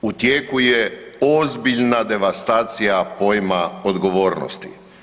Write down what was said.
U tijeku je ozbiljna devastacija pojma odgovornosti.